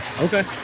Okay